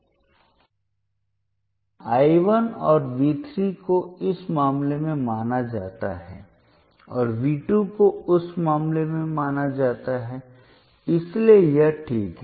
तो यहाँ I 1 और V 3 को इस मामले में माना जाता है और V 2 को उस मामले में माना जाता है इसलिए यह ठीक है